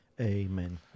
Amen